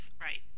Right